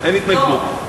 אין התנגדות.